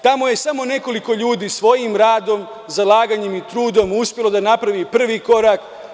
Tamo je samo nekoliko ljudi svojim radom, zalaganjem i trudom uspelo da napravi prvi korak.